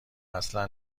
اصلا